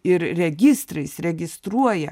ir registrais registruoja